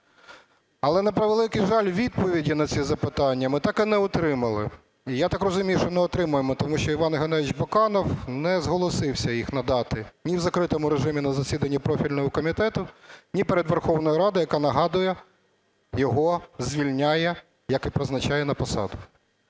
Але, на превеликий жаль, відповіді на ці запитання ми так і не отримали. І я так розумію, що і не отримаємо, тому що Іван Геннадійович Баканов не зголосився їх надати. Ні в закритому режимі на засіданні профільного комітету, ні перед Верховною Радою, яка, нагадую, його звільняє як і призначає на посаду.